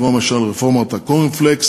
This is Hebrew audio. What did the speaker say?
כמו למשל רפורמת הקורנפלקס